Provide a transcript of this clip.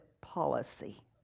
policy